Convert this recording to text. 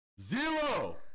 Zero